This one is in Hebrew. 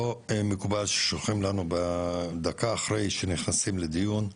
לא מקובל ששולחים לנו את הנתונים בדקה אחרי שנכנסים לדיון,